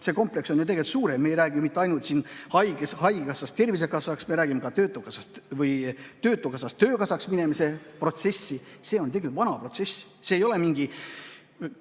See kompleks on ju suurem, me ei räägi mitte ainult haigekassa tervisekassaks [tegemisest], me räägime ka töötukassa töökassaks tegemise protsessist. See on tegelikult vana protsess, see ei ole mingi